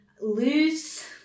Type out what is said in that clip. lose